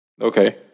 Okay